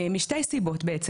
משתי סיבות למעשה.